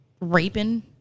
Raping